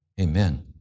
amen